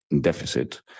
deficit